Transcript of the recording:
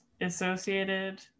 associated